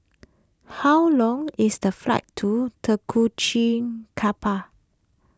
how long is the flight to Tegucigalpa